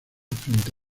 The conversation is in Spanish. frente